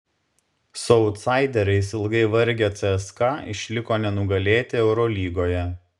su autsaideriais ilgai vargę cska išliko nenugalėti eurolygoje